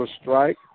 strike